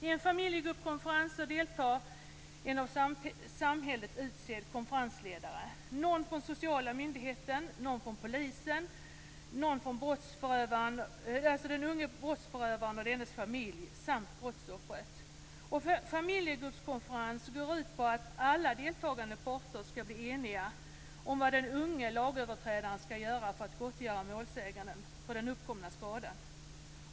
I en familjegruppskonferens deltar en av samhället utsedd konferensledare, någon från den sociala myndigheten, någon från polisen, den unge brottsförövaren och dennes familj samt brottsoffret. Familjegruppskonferensen går ut på att alla deltagande parter skall bli eniga om vad den unge lagöverträdaren skall göra för att gottgöra målsäganden för den uppkomna skadan.